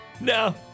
No